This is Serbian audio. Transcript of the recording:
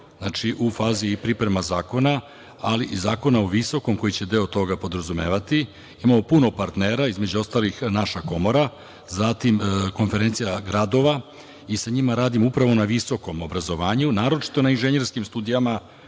znači, u fazi je priprema zakona, ali i Zakona o visokom koji će deo toga podrazumevati. Imamo puno partnera, između ostalih i naša Komora, zatim Konferencija gradova i sa njima radim upravo na visokom obrazovanju, naročito na inženjerskim studijama,